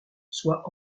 sois